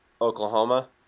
Oklahoma